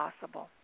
possible